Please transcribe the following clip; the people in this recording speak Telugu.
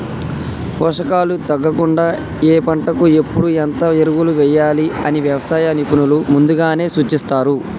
పోషకాలు తగ్గకుండా ఏ పంటకు ఎప్పుడు ఎంత ఎరువులు వేయాలి అని వ్యవసాయ నిపుణులు ముందుగానే సూచిస్తారు